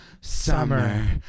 summer